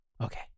Okay